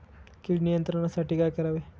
कीड नियंत्रणासाठी काय करावे?